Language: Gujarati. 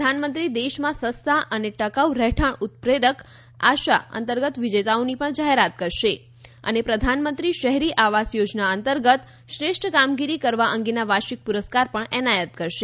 પ્રધાનમંત્રી દેશમાં સસ્તા અને ટકાઉ રહેઠાંણ ઉત્પ્રરેક આશા અંતર્ગત વિજેતાઓની પણ જાહેરાત કરશે અને પ્રધાનમંત્રી શહેરી આવાસ યોજના અંતર્ગત શ્રેષ્ઠ કામગીરી કરવા અંગેના વાર્ષિક પુરસ્કાર પણ એનાયત કરશે